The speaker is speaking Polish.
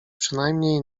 przynajmniej